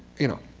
you know,